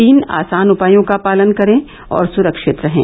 तीन आसान उपायों का पालन करें और सुरक्षित रहें